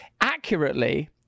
accurately